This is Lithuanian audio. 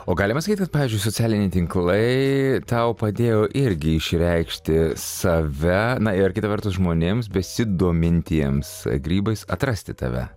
o galima sakyt kad pavyzdžiui socialiniai tinklai tau padėjo irgi išreikšti save na ir kita vertus žmonėms besidomintiems grybais atrasti tave